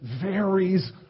varies